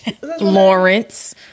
Lawrence